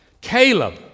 Caleb